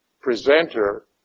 presenter